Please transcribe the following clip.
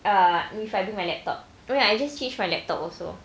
uh if I bring my laptop I mean I just change my laptop also